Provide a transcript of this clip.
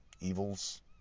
evils